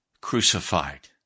crucified